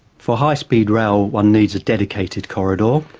for high speed rail one needs a dedicated corridor,